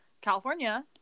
California